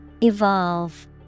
Evolve